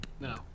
No